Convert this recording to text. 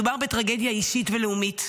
מדובר בטרגדיה אישית ולאומית,